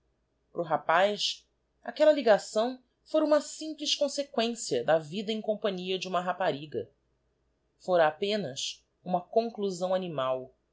o rapaz aquella ligação fora uma simples conseioi ghana an quencia da vida em companhia de uma rapariga fora apenas uma conclusão animal